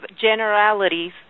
generalities